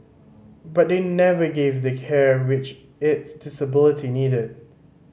but they never gave the care which its disability needed